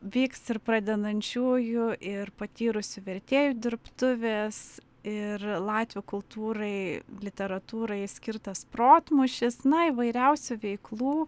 vyks ir pradedančiųjų ir patyrusių vertėjų dirbtuvės ir latvių kultūrai literatūrai skirtas protmūšis na įvairiausių veiklų